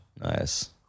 Nice